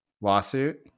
lawsuit